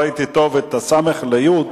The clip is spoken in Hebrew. התש"ע